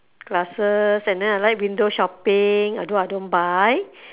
classes and then I like window shopping although I don't buy